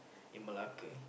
in Malacca